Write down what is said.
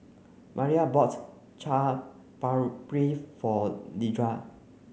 Maira bought Chaat Papri for Dedra